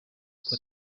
uko